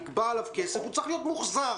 נגבה עליו כסף והוא צריך להיות מוחזר.